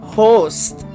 host